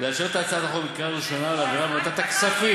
לאשר את הצעת החוק בקריאה ראשונה ולהעבירה לוועדת הכספים,